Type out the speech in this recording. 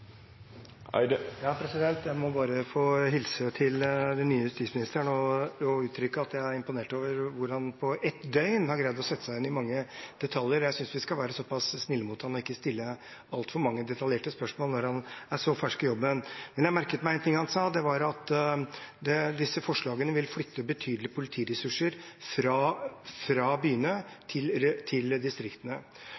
Jeg må bare få hilse til den nye justisministeren og uttrykke at jeg er imponert over hvordan han på ett døgn har greid å sette seg inn i mange detaljer. Jeg synes vi skal være snille mot ham og ikke stille altfor mange detaljerte spørsmål når han er så fersk i jobben. Jeg merket meg en ting han sa, og det var at disse forslagene ville flytte betydelige politiressurser fra byene